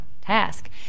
task